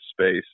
space